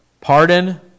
Pardon